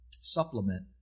supplement